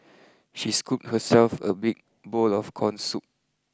she scooped herself a big bowl of corn soup